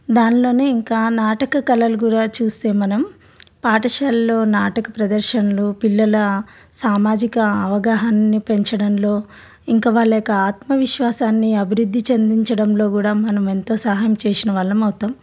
దానిలోనే ఇంకా నాటక కళలు కూడా చూస్తే మనం పాఠశాలల్లో నాటక ప్రదర్శనలు పిల్లల సామాజిక అవగాహాన్ని పెంచడంలో ఇంకా వాళ్ళ యొక్క ఆత్మవిశ్వాసాన్ని అభివృద్ధి చెందించడంలో కూడా మనం ఎంతో సహాయం చేసిన వాళ్ళం అవుతాం